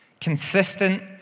consistent